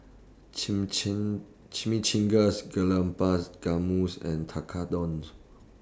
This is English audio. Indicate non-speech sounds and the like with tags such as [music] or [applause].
[unintelligible] Chimichangas Gulab's [unintelligible] and Tekkadon